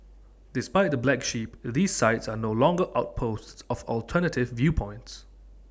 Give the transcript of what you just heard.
despite the black sheep these sites are no longer outposts of alternative viewpoints